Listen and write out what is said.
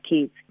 kids